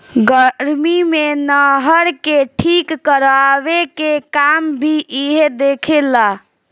गर्मी मे नहर के ठीक करवाए के काम भी इहे देखे ला